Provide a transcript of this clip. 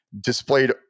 displayed